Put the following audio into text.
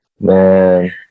Man